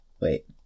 Wait